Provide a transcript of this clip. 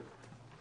כן.